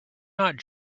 not